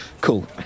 cool